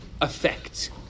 effect